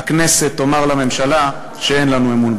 אני חושב שכדאי שגם הממשלה תשמע.